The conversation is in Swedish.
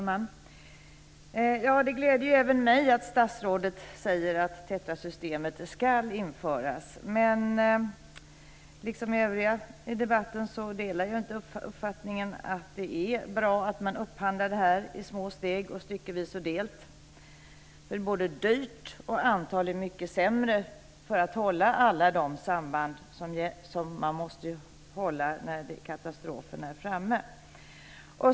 Fru talman! Det gläder även mig att statsrådet säger att TETRA-systemet ska införas, men liksom övriga i debatten delar jag inte uppfattningen att det är bra att man upphandlar det här i små steg, styckevis och delt. Det blir dyrt och antagligen mycket sämre när det gäller att man ska kunna upprätthålla alla de samband som man måste upprätthålla när katastrofen är framme.